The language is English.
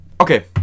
Okay